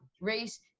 race